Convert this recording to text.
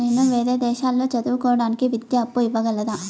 నేను వేరే దేశాల్లో చదువు కోవడానికి విద్యా అప్పు ఇవ్వగలరా?